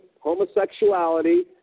homosexuality